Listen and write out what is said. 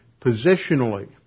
positionally